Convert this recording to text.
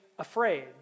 afraid